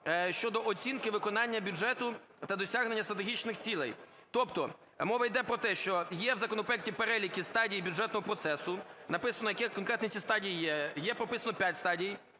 щодо оцінки виконання бюджету та досягнення стратегічних цілей". Тобто мова йде про те, що є у законопроекті перелік стадій бюджетного процесу, написано, які конкретно ці стадії є. Є прописано п'ять стадій: